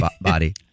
body